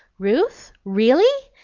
ruth? really?